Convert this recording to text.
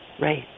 Right